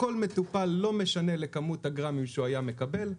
כל מטופל, לא משנה לכמות הגרמים שהיה מקבל,